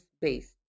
based